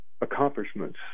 accomplishments